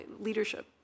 leadership